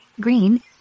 green